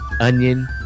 onion